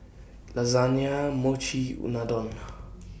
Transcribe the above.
Lasagne Mochi Unadon